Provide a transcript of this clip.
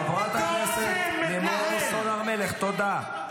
חברת הכנסת לימור סון הר מלך, תודה,